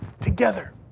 together